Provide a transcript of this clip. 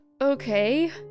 Okay